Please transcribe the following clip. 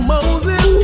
Moses